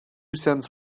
cents